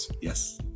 Yes